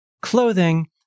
clothing